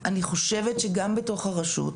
אני חושבת שגם בתוך הרשות,